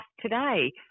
today